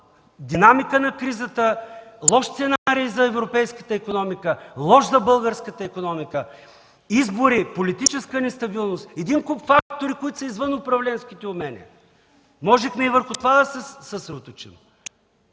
динамика на кризата, лош сценарий за европейската икономика, лош за българската икономика, избори, политическа нестабилност, един куп фактори, които са извън управленските умения. Можехме и върху това да се съсредоточим.